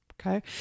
okay